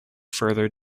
further